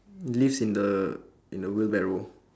leaves in the in the wheelbarrow